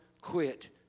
quit